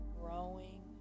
growing